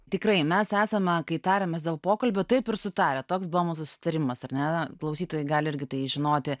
tikrai mes esame kai tariamės dėl pokalbių taip ir sutarę toks buvo mūsų susitarimas ar ne klausytojai gali irgi tai žinoti